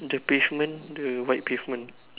the pavement the white pavement